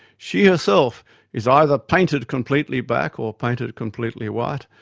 she herself is either painted completely black or painted completely white.